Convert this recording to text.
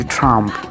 Trump